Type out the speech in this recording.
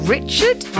Richard